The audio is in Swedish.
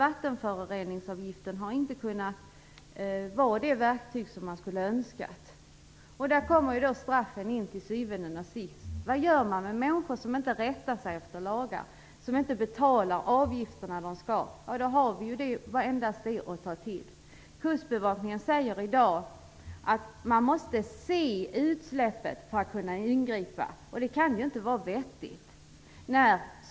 Vattenföroreningsavgiften har alltså inte kunnat vara det verktyg som man skulle önska. Till syvende och sist kommer straffen in i bilden. Vad gör man med människor som inte rättar sig efter lagar, som inte betalar de avgifter som de skall betala? Då har vi endast straff att ta till. Kustbevakningen säger i dag att man måste se utsläppet för att kunna ingripa. Det kan inte vara vettigt.